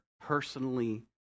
personally